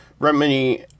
Remini